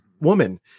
woman